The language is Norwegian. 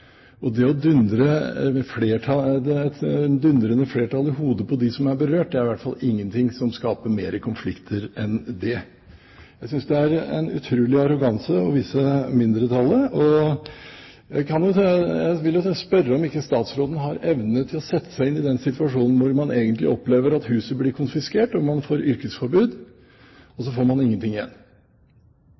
Det er i hvert fall ingenting som skaper mer konflikt enn det å dundre et «dundrende flertall» i hodet på dem som er berørt. Jeg synes det er en utrolig arroganse å vise mindretallet, og jeg vil spørre om ikke statsråden har evne til å sette seg inn i den situasjonen hvor man egentlig opplever at huset blir konfiskert og man får yrkesforbud – og så får man ingenting igjen.